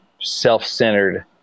self-centered